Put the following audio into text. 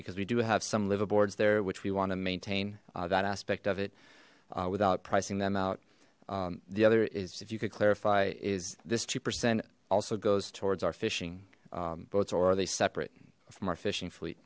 because we do have some liveaboards there which we want to maintain that aspect of it without pricing them out the other is if you could clarify is this two percent also goes towards our fishing boats or are they separate from our fishing fleet